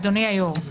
אדוני היו"ר,